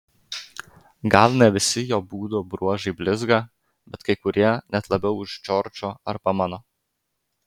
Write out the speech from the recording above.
gal ne visi jo būdo bruožai blizga bet kai kurie net labiau už džordžo arba mano